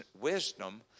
wisdom